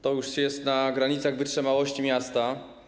To już jest na granicy wytrzymałości miasta.